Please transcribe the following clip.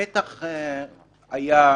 אבל המתח הזה הוא